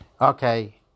Okay